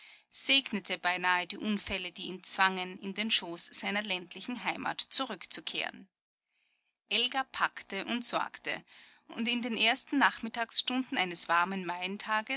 segnete beinahe die unfälle die ihn zwangen in den schoß seiner ländlichen heimat zurückzukehren elga packte und sorgte und in den ersten nachmittagsstunden eines warmen